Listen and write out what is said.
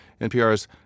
NPR's